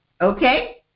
Okay